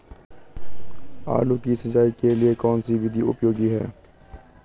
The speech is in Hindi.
आलू की सिंचाई के लिए कौन सी विधि उपयोगी है?